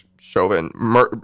Chauvin